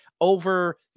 over